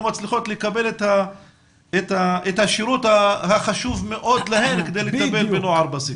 לא מצליחות לקבל את השירות החשוב מאוד להם כדי לטפל בנוער בסיכון.